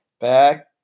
Back